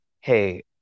hey